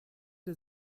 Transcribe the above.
der